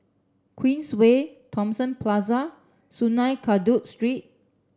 Queensway Thomson Plaza and Sungei Kadut Street